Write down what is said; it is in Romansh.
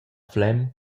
flem